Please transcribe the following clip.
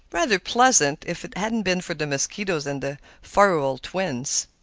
rather pleasant, if it hadn't been for the mosquitoes and the farival twins.